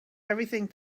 everything